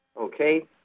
Okay